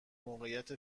موقعیت